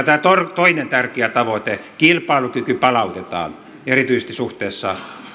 tämä toinen tärkeä tavoite kilpailukyky palautetaan erityisesti suhteessa